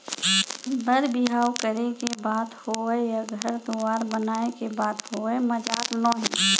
बर बिहाव करे के बात होवय या घर दुवार बनाए के बात होवय मजाक नोहे